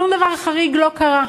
שום דבר חריג לא קרה.